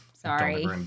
Sorry